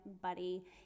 buddy